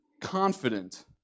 confident